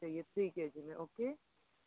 चाहिये ठीक है जी